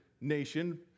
nation